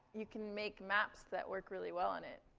you can make maps that work really well on it.